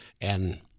and-